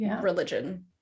Religion